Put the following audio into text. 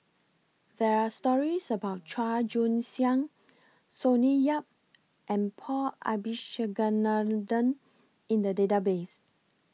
There Are stories about Chua Joon Siang Sonny Yap and Paul Abisheganaden in The Database